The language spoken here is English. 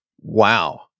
wow